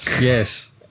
Yes